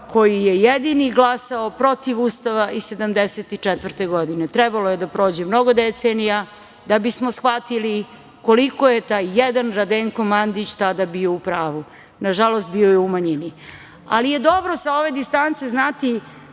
koji je jedini glasao protiv Ustava iz 1974. godine. Trebalo je da prođe mnogo decenija da bismo shvatili koliko je taj jedan Radenko Mandić tada bio u pravu. Nažalost, bio je u manjini, ali je dobro sa ove distance znati